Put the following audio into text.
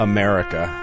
America